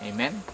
Amen